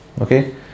okay